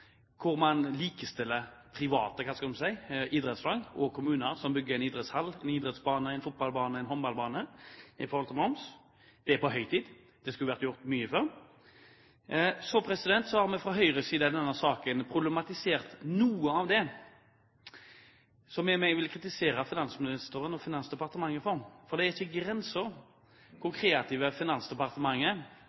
hvor man likestiller private idrettslag og kommuner, som bygger en idrettshall, en fotballbane, en håndballbane, når det gjelder moms. Det er på høy tid, det skulle vært gjort mye før. Så har vi fra Høyres side i denne saken problematisert noe av det som vi vil kritisere finansministeren og Finansdepartementet for. For det er ikke grenser for hvor kreativt Finansdepartementet